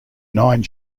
nine